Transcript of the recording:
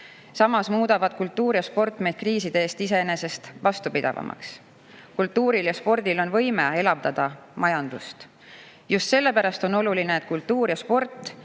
Samas muudavad kultuur ja sport meid kriisidele iseenesest vastupidavamaks. Kultuuril ja spordil on võime elavdada majandust. Just sellepärast on oluline, et kultuur ja sport